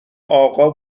اقا